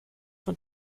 von